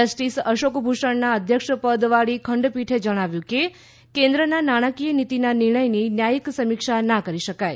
justice અશોકભૂષણના અધ્યક્ષપદે વાળી ખંડપીઠે કહ્યું કે કેન્દ્રના નાણાકીય નીતિના નિર્ણયની ન્યાયિક સમીક્ષા ના કરી શકાય